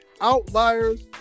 Outliers